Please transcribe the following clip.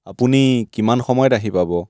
আপুনি কিমান সময়ত আহি পাব